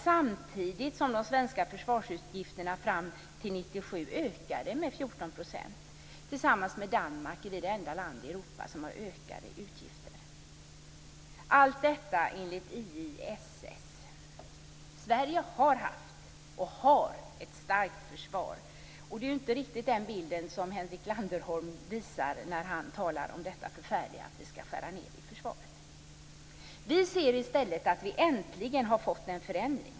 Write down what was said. Samtidigt har de svenska försvarsutgifterna fram till 1997 ökat med 14 %. Sverige och Danmark är de enda länder i Europa som har ökade försvarsutgifter. Alla dessa uppgifter kommer från IISS. Sverige har haft och har ett starkt försvar. Det är inte riktigt den bilden som Henrik Landerholm visar när han talar om det förfärliga med att vi skall skära ned på försvaret. Vi ser i stället att vi äntligen har fått en förändring.